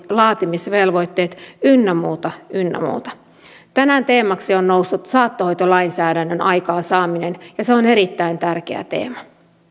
laatimisvelvoitteet ynnä muuta ynnä muuta tänään teemaksi on noussut saattohoitolainsäädännön aikaansaaminen ja se on erittäin tärkeä teema